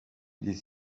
des